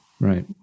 Right